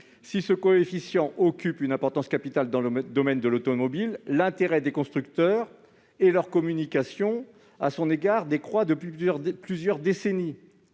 si ce coefficient occupe une importance capitale dans le domaine de l'automobile, l'intérêt des constructeurs, qui communiquent moins sur cette donnée, décroît depuis plusieurs décennies.